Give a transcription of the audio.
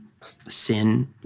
sin